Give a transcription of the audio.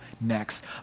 next